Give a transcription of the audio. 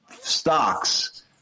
stocks